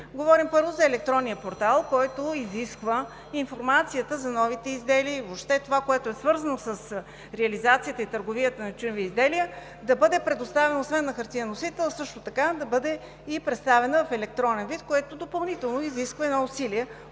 Говорим, първо, за електронния портал, който изисква информацията за новите изделия и въобще това, което е свързано с реализацията и търговията на тютюневи изделия, да бъде предоставена освен на хартиен носител, също така да бъде представена и в електронен вид, което допълнително изисква едно усилие